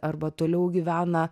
arba toliau gyvena